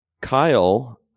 Kyle